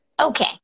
okay